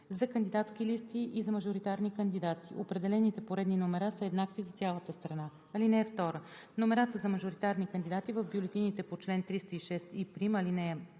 за кандидатски листи и за мажоритарни кандидати. Определените поредни номера са еднакви за цялата страна. (2) Номерата на мажоритарните кандидати в бюлетината по чл. 306и', ал.